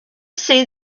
see